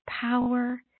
power